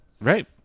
Right